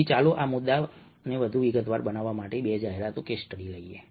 તેથી ચાલો આ મુદ્દાને વધુ વિગતવાર બનાવવા માટે બે જાહેરાતોનો કેસ સ્ટડી લઈએ